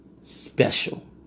special